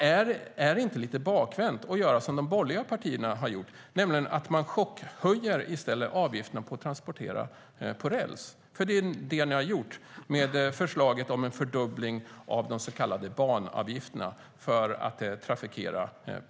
Är det inte lite bakvänt att göra som de borgerliga partierna har gjort och i stället chockhöja avgifterna för att transportera på räls? Det är ju detta ni har gjort genom förslaget om en fördubbling av de så kallade banavgifterna.